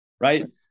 Right